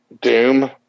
Doom